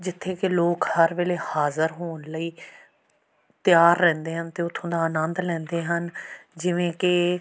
ਜਿੱਥੇ ਕਿ ਲੋਕ ਹਰ ਵੇਲੇ ਹਾਜ਼ਰ ਹੋਣ ਲਈ ਤਿਆਰ ਰਹਿੰਦੇ ਹਨ ਅਤੇ ਉੱਥੋਂ ਦਾ ਆਨੰਦ ਲੈਂਦੇ ਹਨ ਜਿਵੇਂ ਕਿ